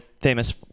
famous